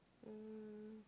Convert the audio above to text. um